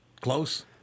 Close